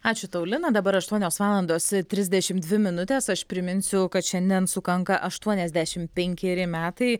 ačiū tau lina dabar aštuonios valandos trisdešim dvi minutės aš priminsiu kad šiandien sukanka aštuoniasdešim penkeri metai